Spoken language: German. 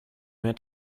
mehr